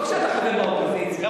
לא כשאתה חבר באופוזיציה,